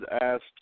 asked